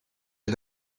est